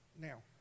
Now